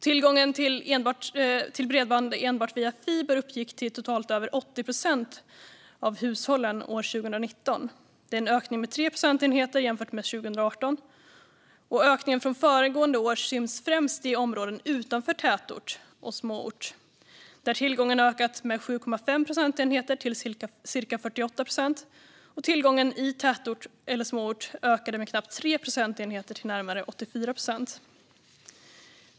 Tillgången till bredband enbart via fiber uppgick totalt till över 80 procent av hushållen år 2019, en ökning med 3 procentenheter jämfört med 2018. Ökningen från föregående år syns främst i områden utanför tätort och småort, där tillgången ökat med 7,5 procentenheter till cirka 48 procent. Tillgången i tätort eller småort ökade med knappt 3 procentenheter till närmare 84 procent.